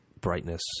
brightness